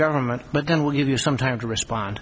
government but then we'll give you some time to respond